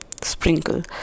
sprinkle